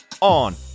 on